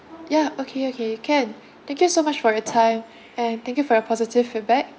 ya okay okay can thank you so much for your time and thank you for your positive feedback